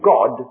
God